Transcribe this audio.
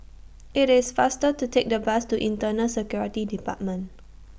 IT IS faster to Take The Bus to Internal Security department